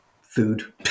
food